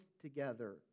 together